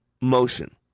motion